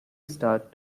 start